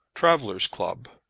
travellers' club.